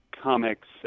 comics